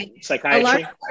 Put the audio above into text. psychiatry